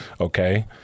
Okay